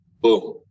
boom